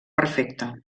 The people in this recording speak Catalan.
perfecta